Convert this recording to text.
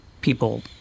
people